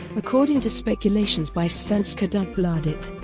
according to speculations by svenska dagbladet,